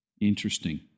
Interesting